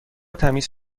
تمیز